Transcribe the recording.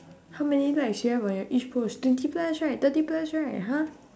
how many likes you have on your each post twenty plus right thirty plus right !huh!